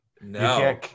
No